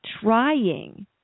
trying